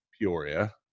Peoria